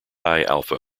alpha